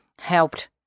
helped